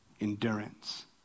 endurance